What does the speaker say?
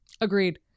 Agreed